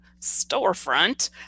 storefront